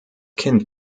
kind